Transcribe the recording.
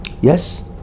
yes